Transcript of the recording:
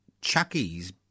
Chucky's